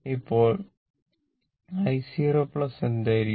അപ്പോൾ i0 എന്തായിരിക്കും